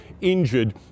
injured